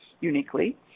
uniquely